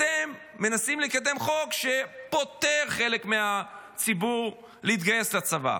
אתם מנסים לקדם חוק שפוטר חלק מהציבור מלהתגייס לצבא.